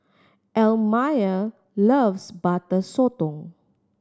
Elmire loves Butter Sotong